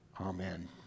amen